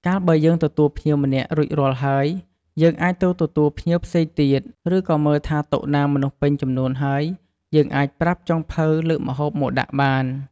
កាលបើយើងទទួលភ្ញៀវម្នាក់រួចរាល់ហើយយើងអាចទៅទទួលភ្ញៀវផ្សេងទៀត ឬក៏មើលថាតុណាមនុស្សពេញចំនួនហើយ យើងអាចប្រាប់ចុងភៅលើកម្ហូបមកដាក់បាន។